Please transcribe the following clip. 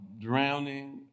drowning